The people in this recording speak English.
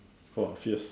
!wah! fierce